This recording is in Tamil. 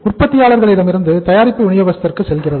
உற்பத்தியாளர்இடமிருந்து தயாரிப்பு விநியோகஸ்தருக்கு செல்கிறது